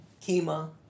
Kima